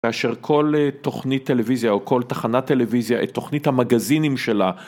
מאשר כל תוכנית טלוויזיה או כל תחנת טלוויזיה, תוכנית המגזינים שלה